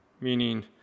meaning